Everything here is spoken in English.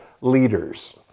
leaders